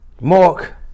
Mark